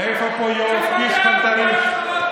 במיוחד שר אוצר כמוך,